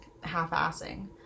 half-assing